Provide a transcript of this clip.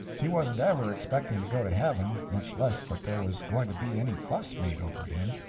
he wasn't ever expecting to go to heaven, much less that there was going to be any fuss made over him,